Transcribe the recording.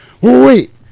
wait